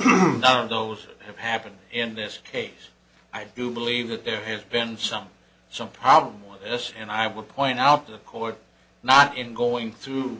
none of those have happened in this case i do believe that there has been some some problem with this and i would point out the court not in going through